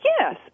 Yes